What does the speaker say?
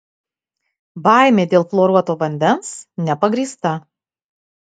baimė dėl fluoruoto vandens nepagrįsta